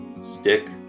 Stick